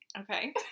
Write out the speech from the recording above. Okay